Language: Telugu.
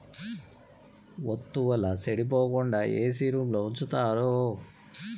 వత్తువుల సెడిపోకుండా ఏసీ రూంలో ఉంచుతారు